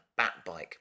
Batbike